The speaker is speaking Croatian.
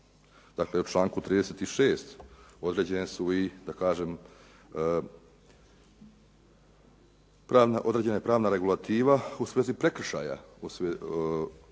dakle, u članku 36. određene su i da kažem, određena je pravna regulativa u svezi prekršaja,